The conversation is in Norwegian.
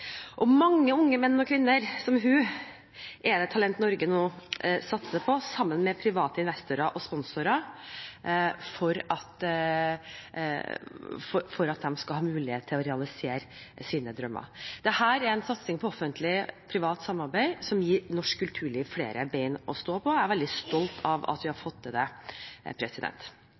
Mange unge menn og kvinner som henne er det Talent Norge nå satser på – sammen med private investorer og sponsorer, for at de skal ha mulighet til å realisere sine drømmer. Dette er en satsing på offentlig–privat samarbeid som gir norsk kulturliv flere ben å stå på. Jeg er veldig stolt av at vi har fått det til.